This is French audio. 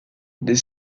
des